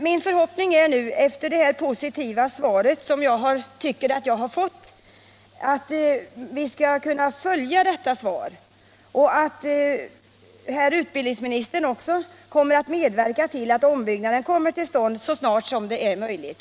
Min förhoppning är nu, efter det positiva svar som jag tycker att jag har fått, att frågan skall få en lösning i enlighet med vad som anges i svaret och att herr utbildningsministern kommer att medverka till att ombyggnaden kommer till stånd så snart detta är möjligt.